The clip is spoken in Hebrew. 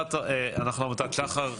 אנחנו עמותת שחר,